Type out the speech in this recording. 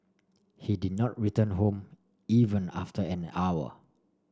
he did not return home even after an hour